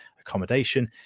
accommodation